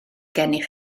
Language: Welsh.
gennych